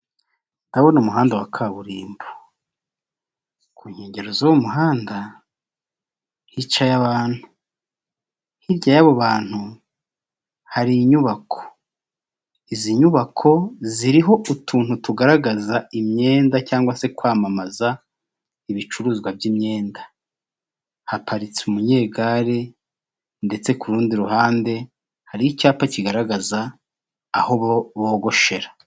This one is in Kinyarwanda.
Ndabona umuhanda wa kaburimbo ku nkengero z'uwo muhanda hicaye abantu, hirya yabo bantu hari inyubako, izi nyubako ziriho utuntu tugaragaza imyenda cyangwa se kwamamaza ibicuruzwa by'imyenda, haparitse umunyegare ndetse ku rundi ruhande hari icyapa kigaragaza aho bogoshera.